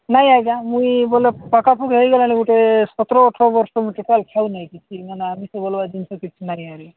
ନାଇଁ ଆଜ୍ଞା ମୁଇଁ ବୋଲେ ପାଖା ପାଖି ହୋଇଗଲାଣି ଗୋଟେ ସତର ଅଠର ବର୍ଷ ମୁଁ ଟୋଟାଲ ଖାଇନାହିଁ କିଛି ମାନେ ଆମିଷ ଭଳି ଜିନିଷ କିଛି ନାଇଁ ଆହୁରି